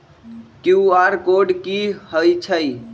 QR code कि हई छई?